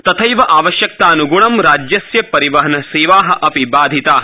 तथैव आवश्यकतान्गुणं राज्यस्य परिवहनसेवा अपि बाधिता